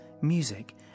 music